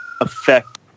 affect